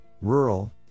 rural